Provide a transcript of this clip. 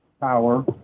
power